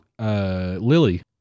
Lily